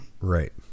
right